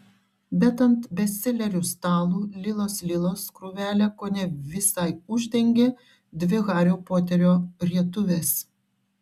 bet ant bestselerių stalo lilos lilos krūvelę kone visai uždengė dvi hario poterio rietuvės